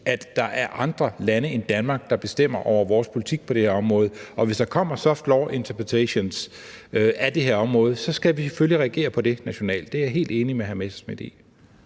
at der er andre lande end Danmark, der bestemmer over vores politik på det her område. Og hvis der kommer soft law interpretations af det her område, skal vi selvfølgelig reagere på det nationalt – det er jeg helt enig med hr. Morten